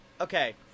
okay